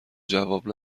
جواب